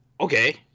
Okay